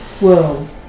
world